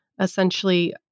Essentially